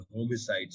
homicides